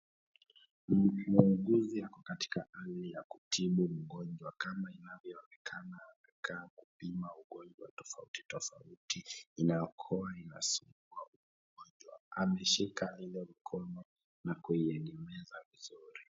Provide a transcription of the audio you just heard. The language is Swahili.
Muuguzi ako katika hali ya kutibu mgonjwa, kama inavyoonekana anakaa kupiwa ugonjwa tofauti tofauti inayokuwa inasumbua mgonjwa. Ameshika hiyo mkono na kuiegemeza vizuri.